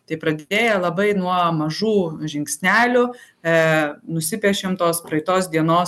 tai pradidėjo labai nuo mažų žingsnelių nusipiešėm tos praeitos dienos